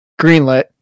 greenlit